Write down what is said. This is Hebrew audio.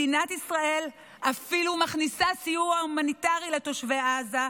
מדינת ישראל אפילו מכניסה סיוע הומניטרי לתושבי עזה,